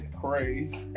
crazy